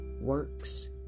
works